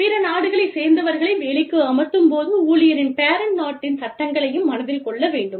பிற நாடுகளைச் சேர்ந்தவர்களை வேலைக்கு அமர்த்தும் போது ஊழியரின் பேரண்ட் நாட்டின் சட்டங்களையும் மனதில் கொள்ள வேண்டும்